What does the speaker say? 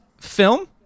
film